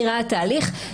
התהליך,